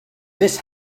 this